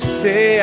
say